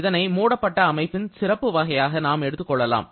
இதனை மூடப்பட்ட அமைப்பின் சிறப்பு வகையாக நாம் எடுத்துக் கொள்ளலாம்